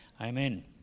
amen